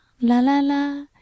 La-la-la